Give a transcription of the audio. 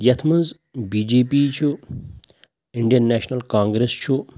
یَتھ منٛز B J P چھُ اِنٛڈین نیشنَل کانگرٮ۪س چھُ